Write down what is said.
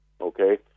okay